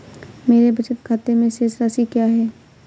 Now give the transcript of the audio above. मेरे बचत खाते में शेष राशि क्या है?